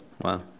Wow